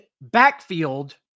backfield